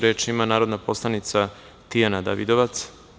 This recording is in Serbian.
Reč ima narodna poslanica Tijana Davidovac.